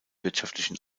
wirtschaftlichen